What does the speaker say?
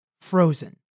frozen